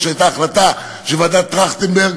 אף-על-פי שהייתה החלטה של ועדת טרכטנברג